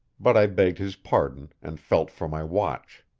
but i begged his pardon and felt for my watch.